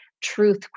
truth